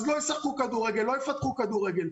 אז לא ישחקו כדורגל, לא יפתחו כדורגל.